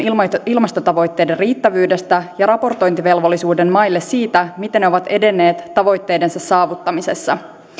ilmastotavoitteiden riittävyydestä ja raportointivelvollisuuden maille siitä miten ne ovat edenneet tavoitteidensa saavuttamisessa